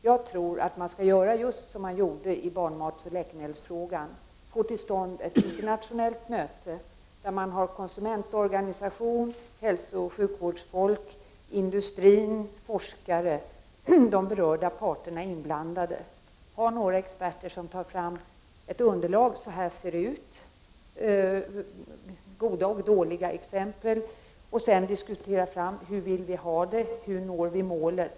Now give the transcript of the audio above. Jag tror att man bör göra just som man gjorde i barnmatsoch läkemedelsfrågan, nämligen försöka få till stånd ett internationellt möte, där man har konsumentorganisationer, hälsooch sjukvårdsfolk-, industrin, forskare — de berörda parterna — inblandade. Vi bör ha med några experter, som tar fram ett underlag och med goda och dåliga exempel visar att så här ser det ut. Sedan får vi diskutera oss fram till hur vi vill ha det och hur man skall kunna nå det målet.